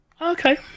okay